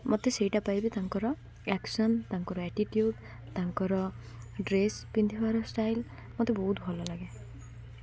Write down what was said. ମତେ ସେଇଟା ପାଇବେ ତାଙ୍କର ଆକ୍ସନ ତାଙ୍କର ଆଟିଟି୍ୟୁଡ଼ ତାଙ୍କର ଡ୍ରେସ୍ ପିନ୍ଧିବାର ଷ୍ଟାଇଲ୍ ମତେ ବହୁତ ଭଲ ଲାଗେ